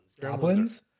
Goblins